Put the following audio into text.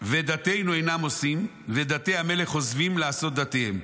ודתנו אינם עושים ודתי המלך עוזבים לעשות דתיהם.